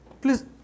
Please